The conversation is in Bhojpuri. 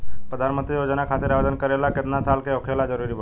प्रधानमंत्री योजना खातिर आवेदन करे ला केतना साल क होखल जरूरी बा?